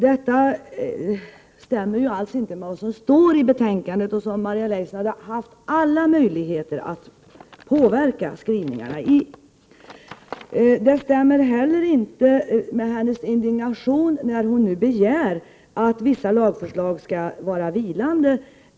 Detta stämmer ju inte alls med vad som står i betänkandet, vars skrivningar Maria Leissner haft alla möjligheter att påverka. Jag kan heller inte förstå hennes indignation när hon begär att vissa paragrafer i lagförslaget skall vara vilande.